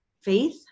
faith